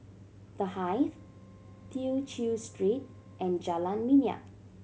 The Hive Tew Chew Street and Jalan Minyak